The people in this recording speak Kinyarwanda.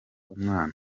umwana